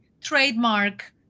trademark